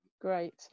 great